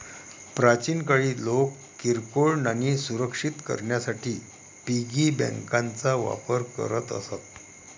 प्राचीन काळी लोक किरकोळ नाणी सुरक्षित करण्यासाठी पिगी बँकांचा वापर करत असत